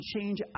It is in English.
change